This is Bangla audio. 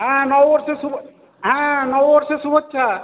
হ্যাঁ নববর্ষের শুভ হ্যাঁ নববর্ষের শুভেচ্ছা